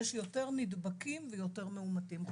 יש יותר נדבקים ויותר מאומתים חוזרים.